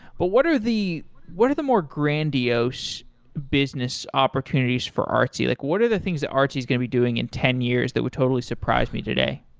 but what are the what the more grandiose business opportunities for artsy? like what are the things that artsy is going to be doing in ten years that would totally surprise me today?